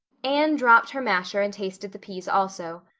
anne dropped her masher and tasted the peas also.